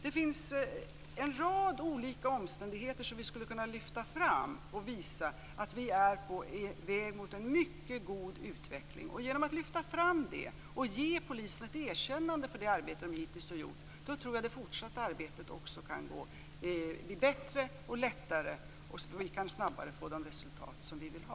Det finns en rad olika omständigheter som vi skulle kunna lyfta fram för att visa att vi är på väg mot en mycket god utveckling. Genom att lyfta fram detta och ge polisen ett erkännande för deras arbete blir det fortsatta arbetet bättre och lättare, och vi kan snabbare få de resultat som vi vill ha.